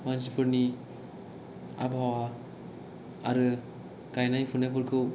मानसिफोरनि आबहावा आरो गायनाय फुनायफोरखौ